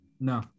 No